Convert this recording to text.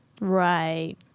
Right